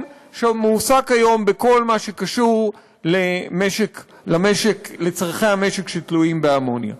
שמועסק היום בכל מה שקשור לצורכי המשק שתלויים באמוניה.